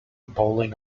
bowling